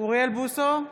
אוריאל בוסו,